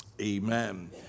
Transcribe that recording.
Amen